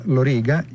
Loriga